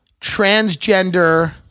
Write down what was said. Transgender